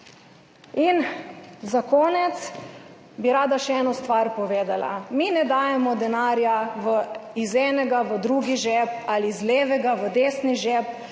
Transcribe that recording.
In za konec bi rada povedala še eno stvar. Mi ne dajemo denarja iz enega v drugi žep ali iz levega v desni žep,